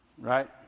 right